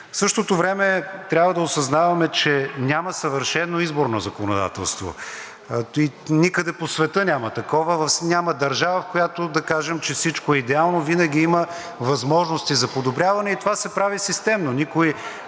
В същото време трябва да осъзнаваме, че няма съвършено изборно законодателство и никъде по света няма такова. Няма държава, в която да кажем, че всичко е идеално, винаги има възможности за подобряване и това се прави системно.